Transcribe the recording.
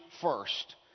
first